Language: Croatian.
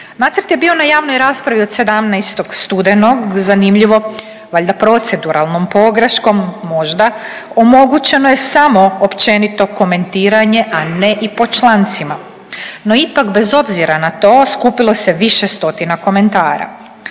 Nacrt je bio na javnoj raspravi od 17. studenog, zanimljivo valjda proceduralnom pogreškom možda, omogućeno je samo općenito komentiranje, a ne i po člancima. No, ipak bez obzira na to skupilo se više stotina komentara.